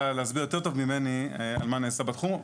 להסביר יותר טוב ממני על מה נעשה בתחום,